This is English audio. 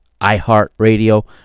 iHeartRadio